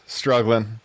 struggling